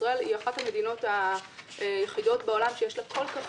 ישראל היא אחת המדינות היחידות בעולם שיש לה כל כך